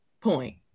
point